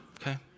Okay